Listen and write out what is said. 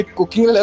cooking